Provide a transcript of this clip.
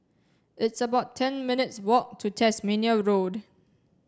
it's about ten minutes' walk to Tasmania Road